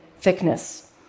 thickness